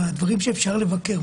את הדברים שאפשר לבקר,